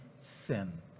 sin